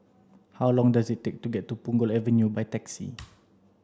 how long does it take to get to Punggol Avenue by taxi